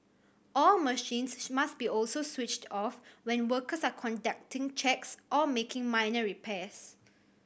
all machines must also be switched off when workers are conducting checks or making minor repairs